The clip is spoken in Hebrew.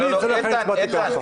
לכן הצבעתי כך.